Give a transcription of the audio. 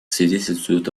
свидетельствует